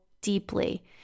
deeply